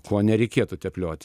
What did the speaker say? kuo nereikėtų teplioti